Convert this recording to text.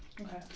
Okay